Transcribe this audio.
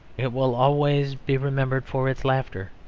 it will always be remembered for its laughter,